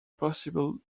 possible